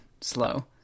slow